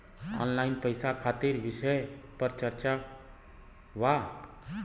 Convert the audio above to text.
Online पैसा खातिर विषय पर चर्चा वा?